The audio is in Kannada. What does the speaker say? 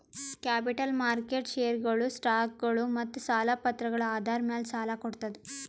ಕ್ಯಾಪಿಟಲ್ ಮಾರ್ಕೆಟ್ ಷೇರ್ಗೊಳು, ಸ್ಟಾಕ್ಗೊಳು ಮತ್ತ್ ಸಾಲ ಪತ್ರಗಳ್ ಆಧಾರ್ ಮ್ಯಾಲ್ ಸಾಲ ಕೊಡ್ತದ್